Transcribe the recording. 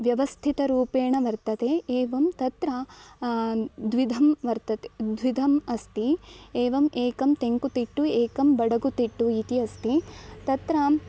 व्यवस्थितरूपेण वर्तते एवं तत्र द्विविधं वर्तते द्विविधम् अस्ति एवम् एकं तेङ्कुतिट्टु एकं बडगु तिट्टु इति अस्ति तत्र